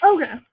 Okay